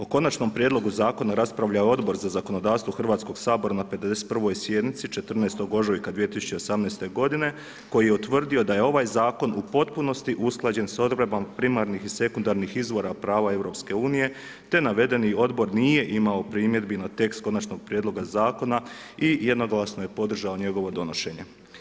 O konačnom prijedlogu zakona, raspravlja Odbor za zakonodavstvo Hrvatskog sabora na 51. sjednici, 14. ožujka 2018. g. koji je utvrdio da je ovaj zakon u potpunosti usklađen s odredbama primarnih i sekundarnih izvora prava EU, te navedeni odbor nije imao primjedbi na tekst konačnog prijedloga zakona i jednoglasno je podržao njegovo donošenje.